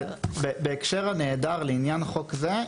בהקשר נעדר לעניין חוק זה,